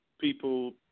people